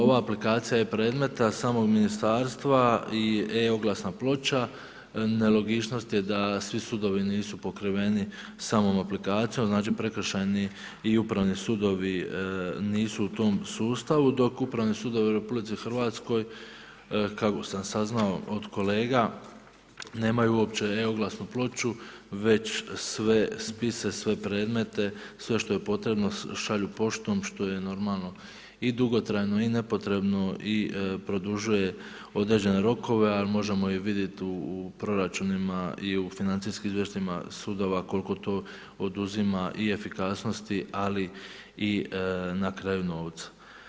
Ova aplikacija predmeta samog ministarstva i e-oglasna ploča nelogičnost je da svi sudovi nisu pokriveni samom aplikacijom, znači prekršajni i upravni sudovi nisu u tom sustavu dok upravni sudovi u RH kako sam saznao od kolega nemaju uopće e-oglasnu ploču već sve spise, sve predmete, sve što je potrebno šalju poštom što je normalno i dugotrajno i nepotrebno i produžuje određene rokove ali možemo i vidjeti u proračunima i u financijskim izvještajima sudovima koliko to oduzima i efikasnosti ali i na kraju novca.